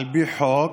על פי חוק,